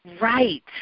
Right